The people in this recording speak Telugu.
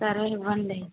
సరే ఇవ్వండి